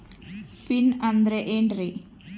Pin ಅಂದ್ರೆ ಏನ್ರಿ?